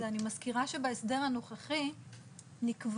ואם לא אז נישאר עם ההסתייגות ונחשוב מה אנחנו